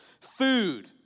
food